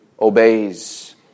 obeys